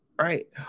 right